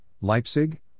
Leipzig